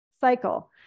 cycle